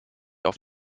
auf